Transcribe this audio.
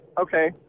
Okay